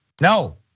No